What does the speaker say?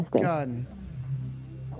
gun